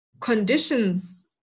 conditions